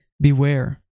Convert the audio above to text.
Beware